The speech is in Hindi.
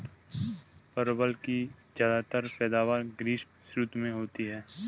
परवल की ज्यादातर पैदावार ग्रीष्म ऋतु में होती है